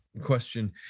question